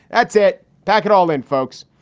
that's it. pack it all in, folks.